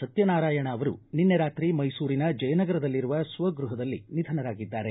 ಸತ್ಯನಾರಾಯಣ ಅವರು ನಿನ್ನೆ ರಾತ್ರಿ ಮೈಸೂರಿನ ಜಯನಗರದಲ್ಲಿರುವ ಸ್ವಗೃಹದಲ್ಲಿ ನಿಧನರಾಗಿದ್ದಾರೆ